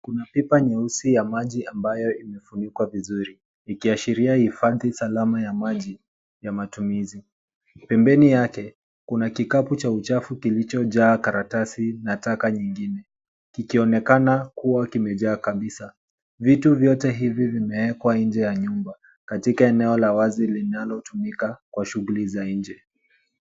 Kuna pipa nyeusi ya maji ambayo imefunikwa vizuri ikiashiria hifadhi salama ya maji ya matumizi. Pembeni yake kuna kikapu cha uchafu kilichojaa karatasi na taka nyingine kikionekana kuwa kimejaa kabisa. Vitu vyote hivi vimeweka nje ya nyumba katika eneo la wazi linalotumika kwa shughuli za nje.